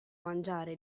mangiare